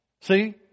See